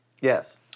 Yes